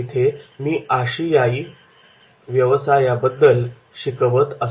तिथे मी आशियाई व्यवसायाबद्दल शिकवत असे